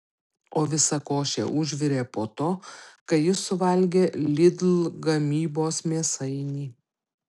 o visa košė užvirė po to kai jis suvalgė lidl gamybos mėsainį